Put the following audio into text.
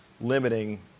limiting